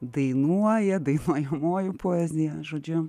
dainuoja dainuojamoji poezija žodžiu